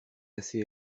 assez